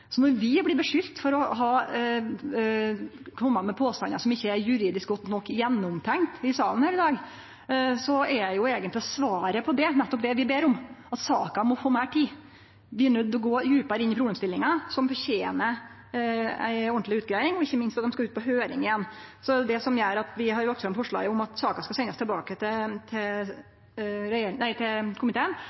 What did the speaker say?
Når vi i salen her i dag blir skulda for å kome med påstandar som ikkje er godt nok gjennomtenkte juridisk, er jo eigentleg svaret på det nettopp det vi ber om – at saka må få meir tid. Vi er nøydde til å gå djupare inn i problemstillinga, som fortener ei ordentleg utgreiing og ikkje minst at ho skal ut på høyring igjen. Det er det som gjer at vi har lagt fram forslaget om at saka skal sendast tilbake til